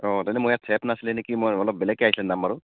অ তেন্তে মোৰ ইয়াত চেট নাছিলে নেকি মই অলপ বেলেগকে আহিছে নাম্বাৰটো